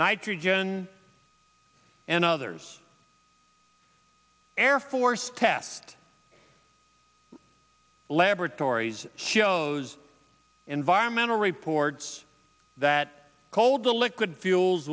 nitrogen and others air force test laboratories shows environmental reports that cold the liquid fuels